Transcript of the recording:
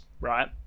right